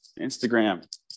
Instagram